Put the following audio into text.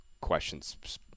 questions